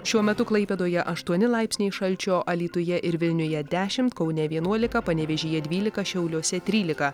šiuo metu klaipėdoje aštuoni laipsniai šalčio alytuje ir vilniuje dešimt kaune vienuolika panevėžyje dvylika šiauliuose trylika